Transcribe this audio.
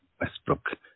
Westbrook